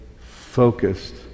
focused